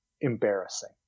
embarrassing